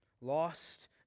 lost